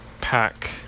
pack